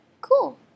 cool